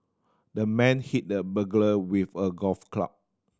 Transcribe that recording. the man hit the burglar with a golf club